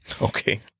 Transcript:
Okay